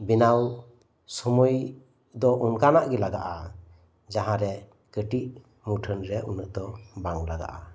ᱵᱮᱱᱟᱣ ᱥᱳᱢᱳᱭ ᱫᱚ ᱚᱱᱠᱟᱱᱟᱜ ᱜᱮ ᱞᱟᱜᱟᱜᱼᱟ ᱡᱟᱦᱟᱸᱨᱮ ᱠᱟᱴᱤᱡ ᱢᱩᱴᱷᱟᱹᱱ ᱨᱮᱭᱟᱜ ᱩᱱᱟᱹᱜ ᱫᱚ ᱵᱟᱝ ᱞᱟᱜᱟᱜᱼᱟ